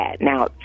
Now